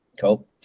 Cool